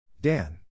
Dan